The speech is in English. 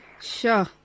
Sure